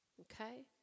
Okay